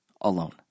alone